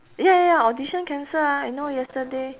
ya ya ya audition cancel ah I know yesterday